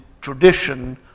tradition